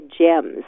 gems